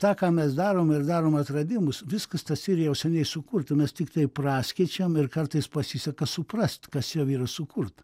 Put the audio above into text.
tą ką mes darom ir darom atradimus viskas tas yra jau seniai sukurta mes tiktai praskėčiam ir kartais pasiseka suprast kas jau yra sukurta